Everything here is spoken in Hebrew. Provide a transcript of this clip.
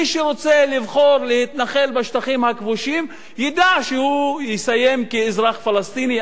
מי שרוצה לבחור להתנחל בשטחים הכבושים ידע שהוא יסיים כאזרח פלסטיני.